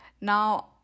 Now